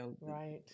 right